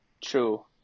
True